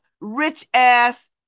rich-ass